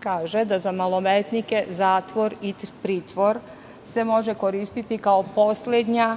kaže – za maloletnike zatvor i pritvor se može koristiti kao poslednja